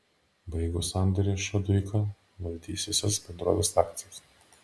baigus sandorį šaduika valdys visas bendrovės akcijas